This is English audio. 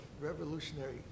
revolutionary